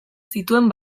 zituen